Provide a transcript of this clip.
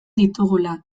ditugula